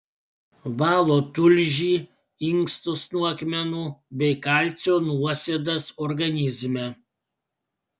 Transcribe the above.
valo tulžį inkstus nuo akmenų bei kalcio nuosėdas organizme